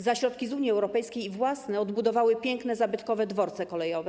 Za środki z Unii Europejskiej i własne odbudowali piękne zabytkowe dworce kolejowe.